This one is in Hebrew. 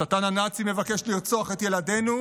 השטן הנאצי מבקש לרצוח את ילדינו.